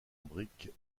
brique